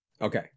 Okay